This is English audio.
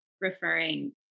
referring